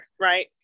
right